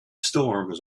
storms